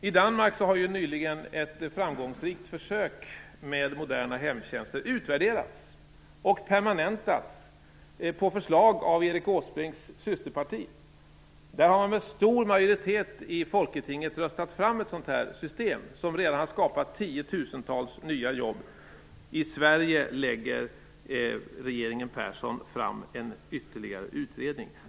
I Danmark har nyligen ett framgångsrikt försök med moderna hemtjänster utvärderats och permanentats på förslag av Erik Åsbrinks systerparti. Folketinget har med stor majoritet röstat fram ett sådant system, som redan har skapat tiotusentals nya jobb. I Sverige lägger regeringen Persson fram ytterligare en utredning.